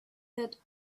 that